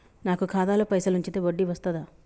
నాకు ఖాతాలో పైసలు ఉంచితే వడ్డీ వస్తదా?